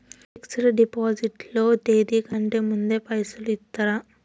Fix డ్ deposit లో తేది కంటే ముందే పైసలు ఇత్తరా?